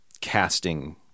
casting